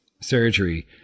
surgery